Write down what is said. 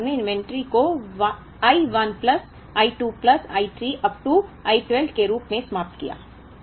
शुरू में हमने इन्वेंट्री को I 1 plus I 2 plus I 3 up to I 12 के रूप में समाप्त किया